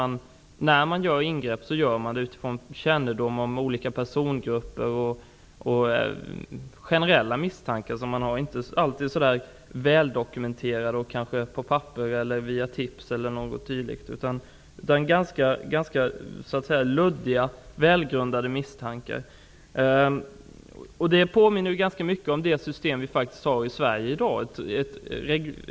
När man gör ingrepp, gör man det utifrån kännedom om olika personer och utifrån generella misstankar. Man har inte alltid så väldokumenterade och välgrundade misstankar. Detta påminner ganska mycket om det system som vi har i Sverige i dag.